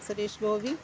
Suresh Gopi